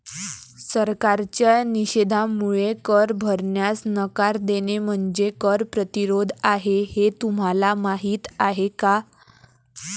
सरकारच्या निषेधामुळे कर भरण्यास नकार देणे म्हणजे कर प्रतिरोध आहे हे तुम्हाला माहीत आहे का